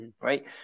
right